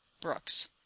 brooks